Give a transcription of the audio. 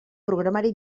programari